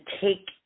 take